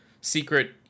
secret